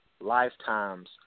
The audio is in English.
Lifetimes